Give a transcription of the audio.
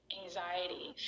anxiety